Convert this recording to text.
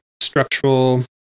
structural